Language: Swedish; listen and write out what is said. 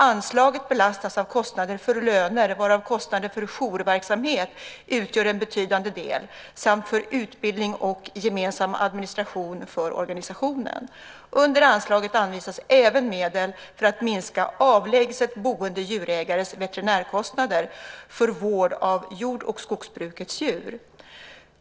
Anslaget belastas av kostnader för löner, varav kostnaderna för jourverksamhet utgör en betydande del, samt för utbildning och gemensam administration för organisationen. Under anslaget anvisas även medel för att minska avlägset boende djurägares veterinärkostnader för vård av jord och skogsbrukets djur.